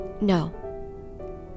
No